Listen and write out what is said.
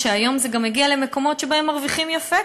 היום זה גם הגיע למקומות שבהם מרוויחים יפה,